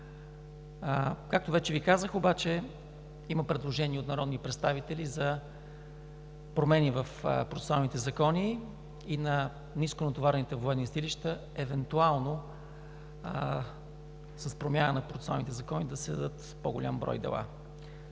Както вече Ви казах обаче, има предложения от народни представители за промени в процесуалните закони и на нисконатоварените военни съдилища евентуално с промяна на процесуалните закони да се дадат по-голям брой дела.